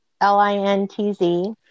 L-I-N-T-Z